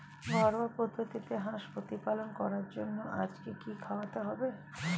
ঘরোয়া পদ্ধতিতে হাঁস প্রতিপালন করার জন্য আজকে কি খাওয়াতে হবে?